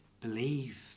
believe